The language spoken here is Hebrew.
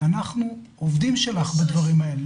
אנחנו עובדים שלך בדברים האלה.